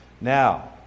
Now